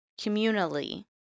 communally